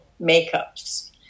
makeups